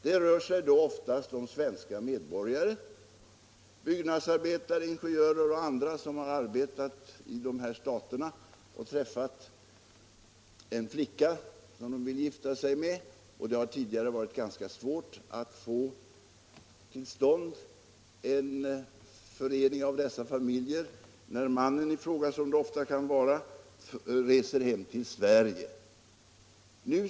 Det rör sig då i första hand om svenska medborgare — byggnadsarbetare, ingenjörer och andra — som har arbetat i de här staterna och träffat flickor som de vill gifta sig med. Tidigare har det varit ganska svårt att få till stånd en förening av dessa familjer när mannen i fråga — såsom ofta är fallet — rest hem till Sverige.